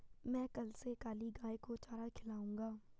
मैं कल से काली गाय को चारा खिलाऊंगा